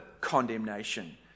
condemnation